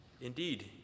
indeed